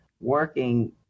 working